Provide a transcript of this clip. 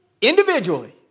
Individually